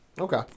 Okay